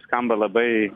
skamba labai